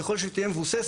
ככל שהיא תהיה מבוססת,